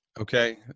Okay